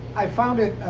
i've found it,